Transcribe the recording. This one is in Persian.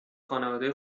خانواده